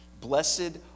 Blessed